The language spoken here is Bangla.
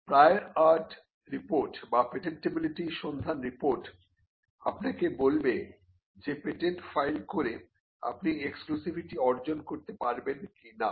প্রায়র আর্ট রিপোর্ট বা পেটেন্টিবিলিটি সন্ধান রিপোর্ট আপনাকে বলবে যে পেটেন্ট ফাইল করে আপনি এক্সক্লুসিভিসিটি অর্জন করতে পারবেন কিনা